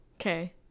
okay